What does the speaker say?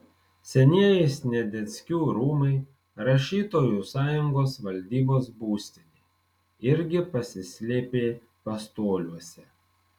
senieji sniadeckių rūmai rašytojų sąjungos valdybos būstinė irgi pasislėpė pastoliuose